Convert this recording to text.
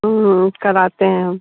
उठकर आते हैं हम